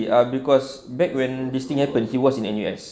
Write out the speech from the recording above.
as cause back when this thing happened he was in N_U_S